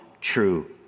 true